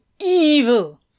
evil